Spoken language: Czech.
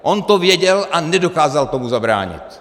On to věděl a nedokázal tomu zabránit.